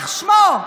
יימח שמו,